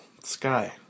Sky